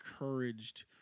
encouraged